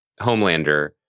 Homelander